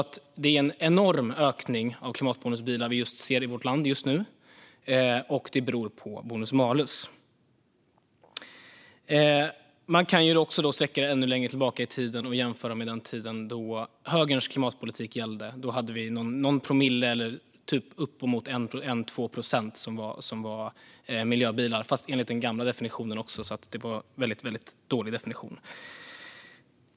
Det är alltså en enorm ökning av klimatbonusbilar vi ser i vårt land just nu. Det beror på bonus-malus. Man kan också sträcka sig ännu längre tillbaka i tiden och jämföra med den tid då högerns klimatpolitik gällde. Då hade vi någon promille eller uppemot 1 eller 2 procent som var miljöbilar - fast enligt den gamla definitionen, en väldigt dålig definition.